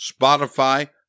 Spotify